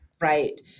Right